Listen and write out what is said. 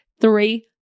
three